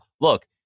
Look